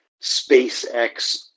spacex